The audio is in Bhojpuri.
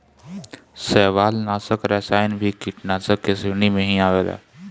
शैवालनाशक रसायन भी कीटनाशाक के श्रेणी में ही आवेला